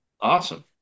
awesome